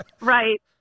right